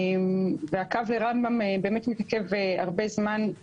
והקו לרמב"ם באמת מתעכב הרבה זמן.